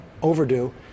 overdue